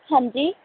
ਹਾਂਜੀ